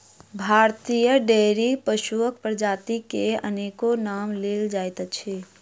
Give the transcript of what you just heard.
भारतीय डेयरी पशुक प्रजाति मे अनेको नाम लेल जाइत अछि